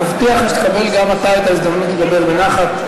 אני מבטיח לך שתקבל גם אתה את ההזדמנות לדבר בנחת.